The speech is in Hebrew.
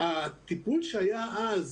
הטיפול שהיה אז